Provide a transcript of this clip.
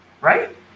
Right